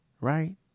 right